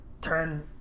turn